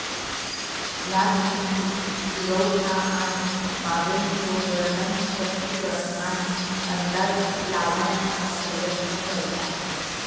ह्या किंमती, पुरवठा आणि मागणीचो वर्णन, स्पष्टीकरण आणि अंदाज लावण्याचा प्रयत्न करता